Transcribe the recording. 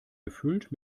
gefüllt